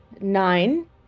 nine